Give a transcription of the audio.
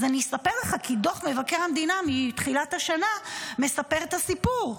אז אני אספר לך כי דוח מבקר המדינה מתחילת השנה מספר את הסיפור.